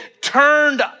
turned